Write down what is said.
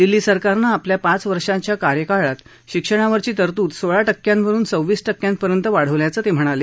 दिल्ली सरकारनं आपल्या पाच वर्षाच्या कार्यकाळात शिक्षणावरची तरतूद सोळा टक्कयावरुन सव्वीस टक्यापर्यंत वाढवल्याचं ते म्हणाले